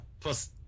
plus